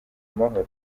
amahoro